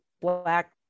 black